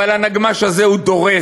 אבל הנגמ"ש הזה הוא דורס.